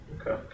Okay